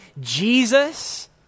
Jesus